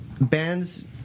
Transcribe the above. bands